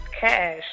Cash